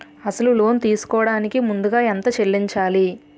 అసలు లోన్ తీసుకోడానికి ముందుగా ఎంత చెల్లించాలి?